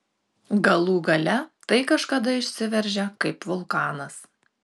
galų gale tai kažkada išsiveržia kaip vulkanas